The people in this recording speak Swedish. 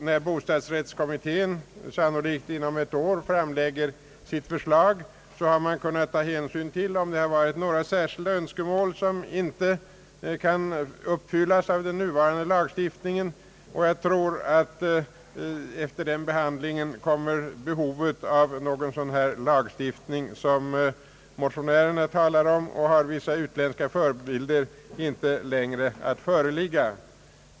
När bostadsrättskommittén sannolikt inom ett år framlägger sitt förslag, tror jag att man därvid har kunnat ta hänsyn till sådana särskilda önskemål, som inte är tillgodosedda i den nuvarande lagstiftningen. Efter utredningens behandling torde behov av en sådan lagstiftning, som motionärerna begär och som har vissa utländska förebilder, inte längre föreligga.